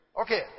Okay